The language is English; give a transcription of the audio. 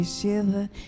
shiver